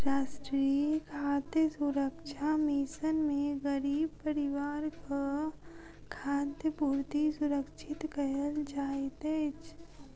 राष्ट्रीय खाद्य सुरक्षा मिशन में गरीब परिवारक खाद्य पूर्ति सुरक्षित कयल जाइत अछि